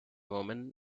woman